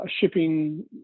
shipping